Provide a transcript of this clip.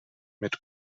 mit